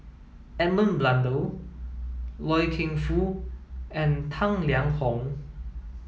Edmund Blundell Loy Keng Foo and Tang Liang Hong